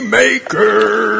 maker